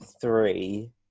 three